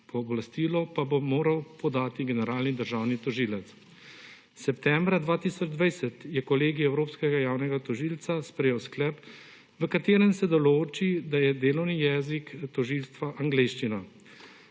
pooblastilo pa bo moral podati generalni državni tožilec. Septembra 2020 je kolegij Evropskega javnega tožilstva sprejel sklep, v katerem se določi, da je delovni jezik tožilstva angleščina.